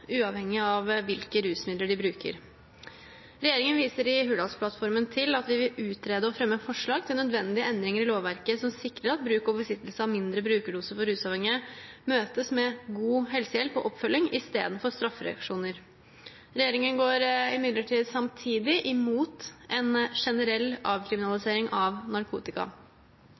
uavhengig av hvilke rusmidler de bruker. Regjeringen viser i Hurdalsplattformen til at vi vil «utrede og fremme forslag til nødvendige endringer i lovverket som sikrer at bruk og besittelse av mindre brukerdoser for rusavhengige møtes med god helsehjelp og oppfølging istedenfor straffereaksjoner». Regjeringen går imidlertid samtidig imot en generell avkriminalisering av narkotika.